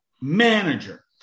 manager